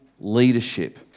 leadership